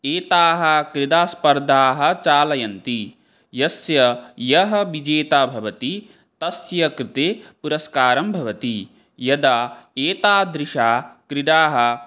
एताः क्रीडास्पर्धाः चालयन्ति यस्य यः विजेता भवति तस्य कृते पुरस्कारः भवति यदा एतादृशाः क्रीडाः